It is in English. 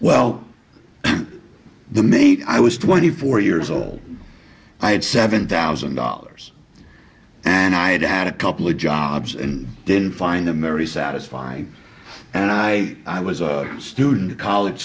well the mate i was twenty four years old i had seven thousand dollars and i had to add a couple of jobs and didn't find them very satisfying and i i was a student a college